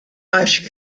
ice